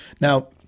Now